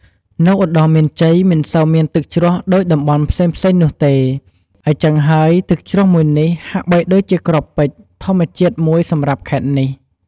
នៅឧត្តរមានជ័យមិនសូវមានទឹកជ្រោះដូចតំបន់ផ្សេងៗនោះទេ អ៊ីចឹងហើយ ទឹកជ្រោះមួយនេះហាក់បីដូចជាគ្រាប់ពេជ្រធម្មជាតិមួយសម្រាប់ខេត្តនេះ។